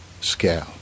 scale